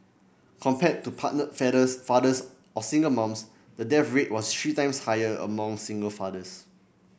compared to partnered fathers or single moms the death rate was three times higher among single fathers